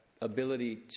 ability